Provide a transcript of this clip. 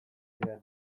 ziren